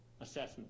assessment